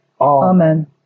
Amen